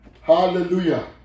Hallelujah